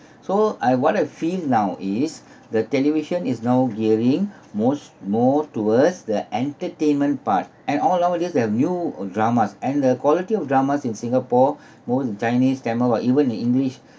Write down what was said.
so I want a feel now is the television is now gearing most more towards the entertainment part and all nowadays they have new dramas and the quality of dramas in singapore most in chinese tamil or even in english